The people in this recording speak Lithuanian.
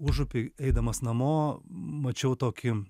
užupy eidamas namo mačiau tokį